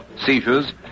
seizures